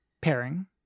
pairing